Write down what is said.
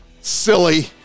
Silly